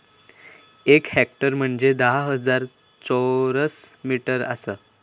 एक हेक्टर म्हंजे धा हजार चौरस मीटर आसा